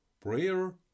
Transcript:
Prayer